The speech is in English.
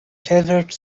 favorite